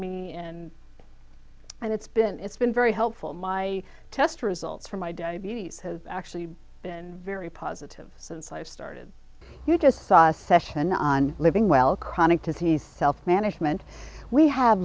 me and and it's been it's been very helpful my test results for my diabetes have actually been very positive since i started you just saw a session on living well chronic disease self management we have